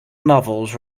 novels